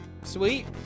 Sweet